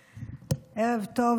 טוב,